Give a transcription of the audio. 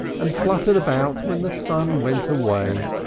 and fluttered about when the sun went away.